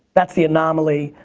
that's the anomaly,